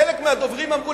חלק מהדוברים אמרו,